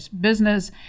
business